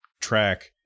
track